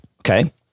Okay